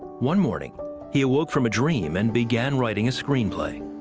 one morning he awoke from a dream and began writing a screenplay.